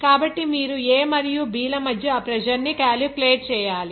కాబట్టి మీరు A మరియు B ల మధ్య ఆ ప్రెజర్ ని క్యాలిక్యులేట్ చేయాలి